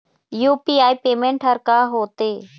UPI payment हर का होते?